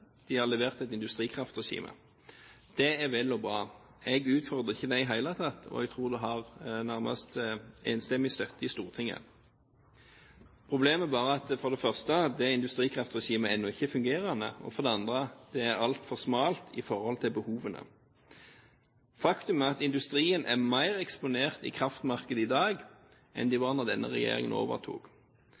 de har levert et industrikraftregime. Det er vel og bra. Jeg utfordrer ikke det i det hele tatt, og jeg tror det har nærmest enstemmig støtte i Stortinget. Problemet er bare at for det første er det industrikraftregimet ennå ikke fungerende og for det andre er det altfor smalt i forhold til behovene. Faktum er at industrien er mer eksponert i kraftmarkedet i dag enn den var da denne regjeringen overtok.